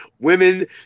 women